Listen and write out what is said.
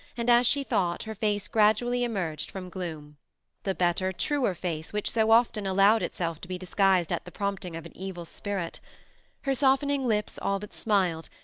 and as she thought her face gradually emerged from gloom the better, truer face which so often allowed itself to be disguised at the prompting of an evil spirit her softening lips all but smiled,